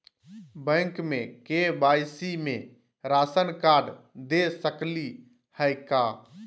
Bank में KYC में ration card दे सकली हई का?